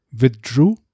withdrew